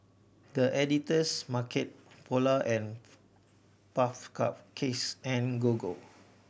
The Editor's Market Polar and Puff Cakes and Gogo